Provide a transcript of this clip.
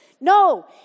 No